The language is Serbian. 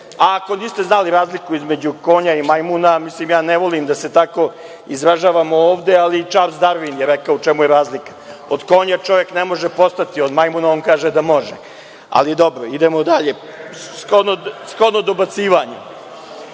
niste znali razliku između konja i majmuna, ja ne volim da se tako izražavamo ovde, ali Čarls Darvin je rekao u čemu je razlika. Od konja čovek ne može postati, od majmuna on kaže da može. Ali dobro, idemo dalje. Shodno dobacivanju,